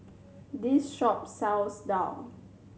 this shop sells daal